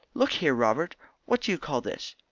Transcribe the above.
look here, robert what do you call this?